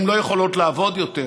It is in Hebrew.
הן לא יכולות לעבוד יותר,